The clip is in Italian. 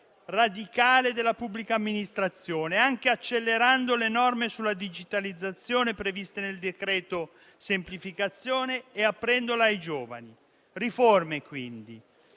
radicale della pubblica amministrazione, anche accelerando le norme sulla digitalizzazione previste nel decreto semplificazione e aprendola ai giovani. Riforme quindi